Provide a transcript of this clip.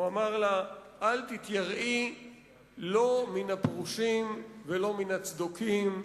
הוא אמר לה: אל תתייראי לא מן הפרושים ולא מן הצדוקים,